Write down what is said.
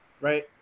right